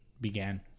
began